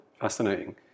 Fascinating